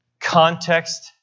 Context